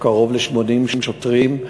קרוב ל-80 שוטרים,